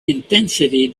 intensity